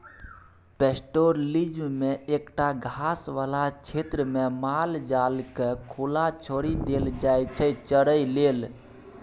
pastoralism मे एकटा घास बला क्षेत्रमे माल जालकेँ खुला छोरि देल जाइ छै चरय लेल